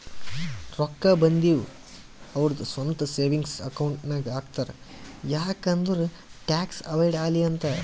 ರೊಕ್ಕಾ ಬಂದಿವ್ ಅವ್ರದು ಸ್ವಂತ ಸೇವಿಂಗ್ಸ್ ಅಕೌಂಟ್ ನಾಗ್ ಹಾಕ್ತಾರ್ ಯಾಕ್ ಅಂದುರ್ ಟ್ಯಾಕ್ಸ್ ಅವೈಡ್ ಆಲಿ ಅಂತ್